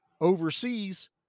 overseas